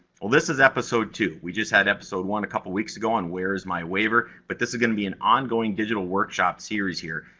well, this is episode two. we just had episode one a couple weeks ago on where is my waiver, but this is gonna be an ongoing digital workshop series. here,